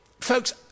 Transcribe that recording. folks